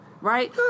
right